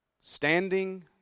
Standing